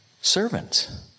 servants